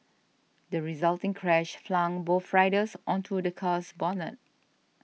the resulting crash flung both riders onto the car's bonnet